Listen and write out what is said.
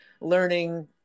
learning